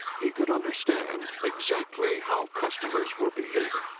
he could understand exactly how customers were behaving.